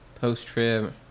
post-trib